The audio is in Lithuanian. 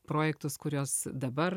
projektus kuriuos dabar